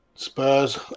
Spurs